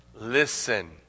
Listen